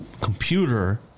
computer